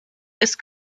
ist